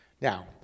Now